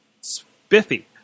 Spiffy